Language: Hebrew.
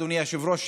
אדוני היושב-ראש,